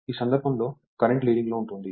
ఈ సందర్భంలో current leading లో ఉంటుంది